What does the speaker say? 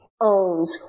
owns